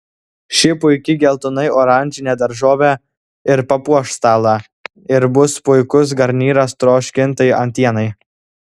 ši puiki geltonai oranžinė daržovė ir papuoš stalą ir bus puikus garnyras troškintai antienai